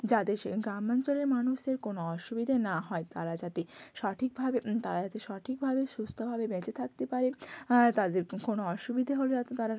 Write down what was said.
যাতে সেই গ্রাম অঞ্চলের মানুষদের কোনও অসুবিধে না হয় তারা যাতে সঠিকভাবে তারা যাতে সঠিকভাবে সুস্থভাবে বেঁচে থাকতে পারে তাদের কোনও অসুবিধে হলে যাতে তারা